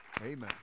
Amen